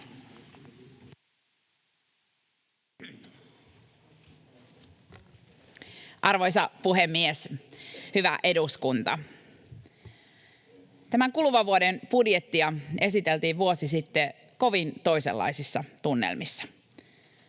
Arvoisa puhemies! Hyvä eduskunta! Tämän kuluvan vuoden budjettia esiteltiin vuosi sitten kovin toisenlaisissa tunnelmissa,